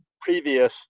previous